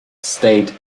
stayed